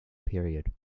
period